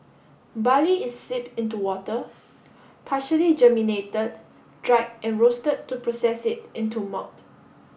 barley is steep in to water partially germinated dried and roasted to process it into malt